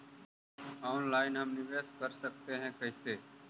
Online हम निवेश कर सकते है, कैसे?